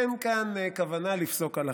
אין כאן כוונה לפסוק הלכה.